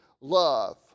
love